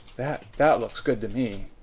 that that looks good to me.